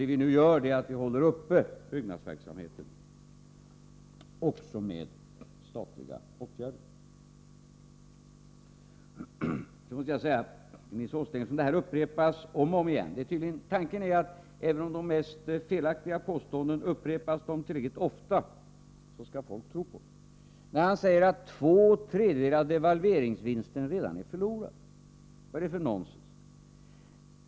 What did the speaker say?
Det vi nu gör är att hålla uppe byggnadsverksamheten också med statliga åtgärder. Så måste jag säga följande till Nils Åsling, eftersom han upprepar samma sak om och om igen. Tanken är ju att folk skall tro på även de mest felaktiga påståenden bara de upprepas tillräckligt ofta. Han säger att två tredjedelar av devalveringsvinsten redan är förlorad. Vad är det för nonsens?